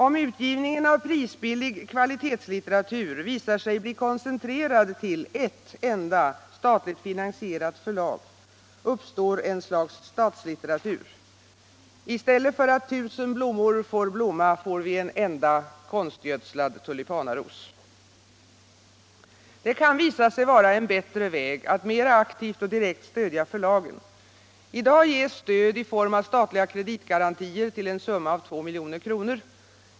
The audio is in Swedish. Om utgivningen av prisbillig kvalitetslitteratur visar sig bli koncentrerad till ett enda statligt finansierat förlag uppstår ett slags statslitteratur. I stället för att tusen blommor får blomma får vi en enda konstgödslad tulipanaros. Det kan visa sig vara en bättre väg att mera aktivt och direkt stödja förlagen. I dag ges stöd i form av statliga kreditgarantier till en summa av 2 milj.kr.